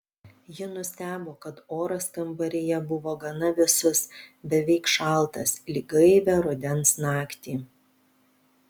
ji nustebo kad oras kambaryje buvo gana vėsus beveik šaltas lyg gaivią rudens naktį